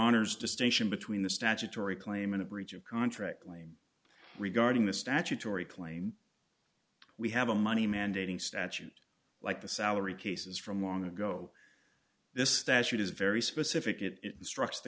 honor's distinction between the statutory claimant a breach of contract claim regarding the statutory claim we have a money mandating statute like the salary cases from long ago this statute is very specific it instructs the